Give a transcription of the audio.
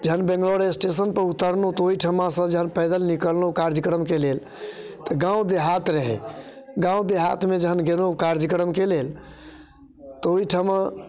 जखन बैंगलोर स्टेशनपर उतरलहुँ तऽ तहन ओहिठमासँ जखन पैदल निकललहुँ कार्यक्रमके लेल तऽ गाम देहात रहै गाम देहातमे जखन गेलहुँ कार्यक्रमके लेल तऽ ओहिठमा